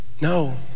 No